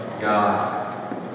God